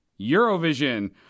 Eurovision